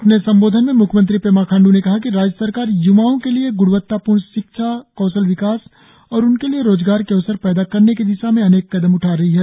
अपने संबोधन में म्ख्यमंत्री पेमा खांडू ने कहा कि राज्य सरकार य्वाओं के लिए ग्णवत्तापूर्ण शिक्षा कौशल विकास और उनके लिए रोजगार के अवसर पैदा करने की दिशा में अनेक कदम उठा रई है